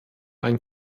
ein